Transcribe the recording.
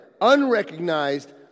unrecognized